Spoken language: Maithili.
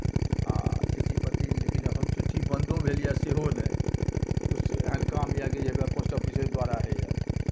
आ चिट्ठी पत्री लेकिन एखन चिट्ठी बन्दो भेल यए सेहो नहि किछु एहन काम यए कि जाहिपर पोस्ट ऑफिसे द्वारा होइए